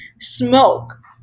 smoke